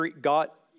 got